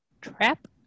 trap